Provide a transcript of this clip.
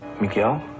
Miguel